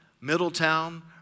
Middletown